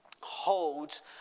holds